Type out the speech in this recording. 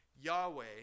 Yahweh